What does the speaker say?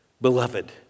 Beloved